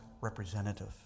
representative